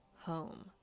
home